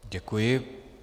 Děkuji.